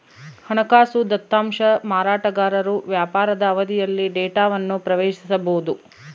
ಹಣಕಾಸು ದತ್ತಾಂಶ ಮಾರಾಟಗಾರರು ವ್ಯಾಪಾರದ ಅವಧಿಯಲ್ಲಿ ಡೇಟಾವನ್ನು ಪ್ರವೇಶಿಸಬೊದು